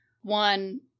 One